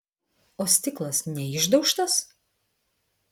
o stiklas neišdaužtas